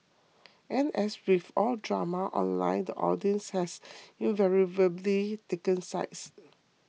and as with all drama online the audience has invariably taken sides